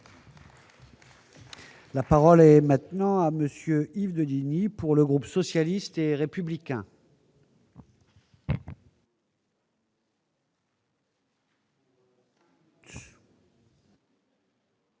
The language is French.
La parole est maintenant à monsieur Yves Deligny pour le groupe socialiste et républicain.